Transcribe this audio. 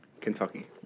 Kentucky